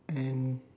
and